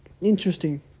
interesting